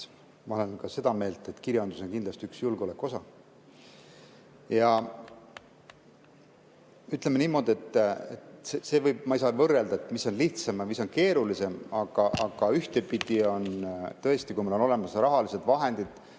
Ma olen ka seda meelt, et kirjandus on kindlasti üks julgeoleku osa. Ütleme niimoodi, ma ei saa võrrelda, mis on lihtsam ja mis on keerulisem. Aga tõesti, kui meil on olemas rahalised vahendid,